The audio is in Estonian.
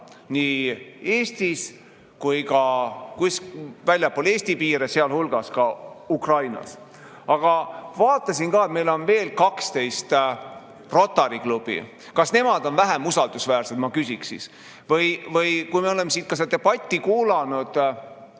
nii Eestis kui ka väljaspool Eesti piire, sealhulgas Ukrainas. Aga ma vaatasin, et meil on veel 12 Rotary klubi. Kas nemad on vähem usaldusväärsed? Ma küsiksin nii. Või kui me oleme siin ka seda debatti kuulanud,